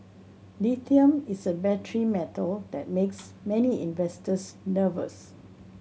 lithium is a battery metal that makes many investors nervous